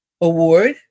Award